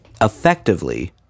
effectively